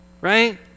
right